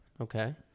Okay